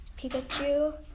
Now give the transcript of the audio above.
Pikachu